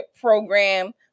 program